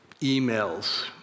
emails